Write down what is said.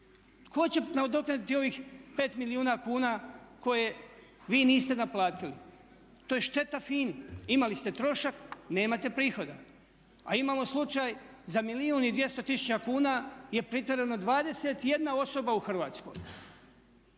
Tko će nadoknaditi ovih 5 milijuna kuna koje vi niste naplatili? To je šteta FINA-i. Imali ste trošak, nemate prihoda, a imamo slučaj za 1 milijun i 200 tisuća kuna je pritvoreno 21 osoba u Hrvatskoj.